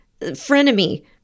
frenemy